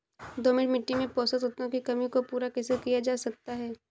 दोमट मिट्टी में पोषक तत्वों की कमी को पूरा कैसे किया जा सकता है?